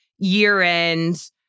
year-end